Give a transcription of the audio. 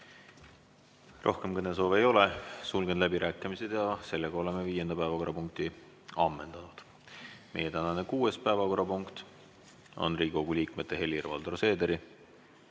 Rohkem kõnesoove ei ole. Sulgen läbirääkimised. Oleme viienda päevakorrapunkti ammendanud. Meie tänane kuues päevakorrapunkt on Riigikogu liikmete Helir-Valdor Seederi,